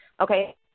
Okay